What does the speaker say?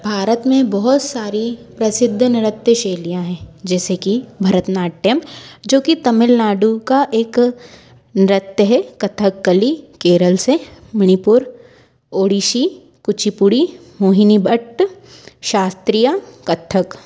भारत में बहुत सारी प्रसिद्ध नृत्य शैलियां हैं जैसे कि भरतनाट्यम जो कि तमिल नाडु का एक नृत्य है कथकली केरल से मणिपुर ओड़िसी कुचिपुड़ी मोहिनीअट्टम शास्त्रीय कत्थक